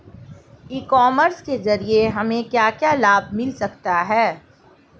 ई commerce के ज़रिए हमें क्या क्या लाभ मिल सकता है?